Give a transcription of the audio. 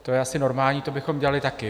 To je asi normální, to bychom dělali taky.